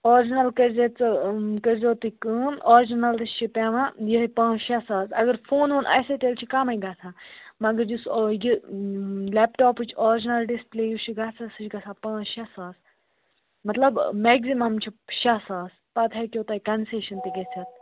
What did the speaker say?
original کٔرۍزِ ژٕ کٔرۍزیو تُہۍ کٲم آرجِنَلَس چھِ پٮ۪وان یِہوٚے پانٛژھ شےٚ ساس اگر فون وون آسے تیٚلہِ چھِ کَمٕے گژھان مگر یُس یہِ لیپٹاپٕچ آرجِنَل ڈِسپٕلے یُس چھُ گژھان سُہ چھِ گژھان پانٛژھ شےٚ ساس مطلب میگزِمَم چھِ شےٚ ساس پَتہٕ ہیٚکیو تۄہہِ کَنسیشَن تہِ گٔژھِتھ